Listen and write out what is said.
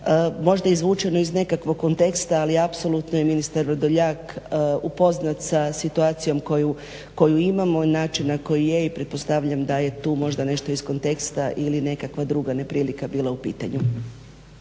možda izvučem iz nekakvog konteksta, ali apsolutno je ministar Vrdoljak upoznat sa situacijom koju imamo, način na koji je i pretpostavljam da je tu možda iz konteksta ili nekakva druga neprilika bila u pitanju.